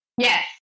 Yes